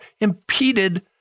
impeded